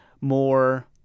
more